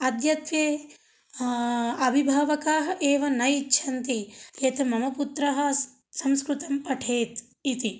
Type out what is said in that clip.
अद्यत्वे अभिभावकाः एव न इच्छन्ति यतः मम पुत्रः संस्कृतं पठेत् इति